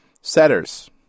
Setters